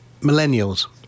millennials